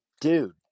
dude